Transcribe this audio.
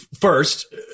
First